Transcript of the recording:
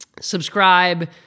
subscribe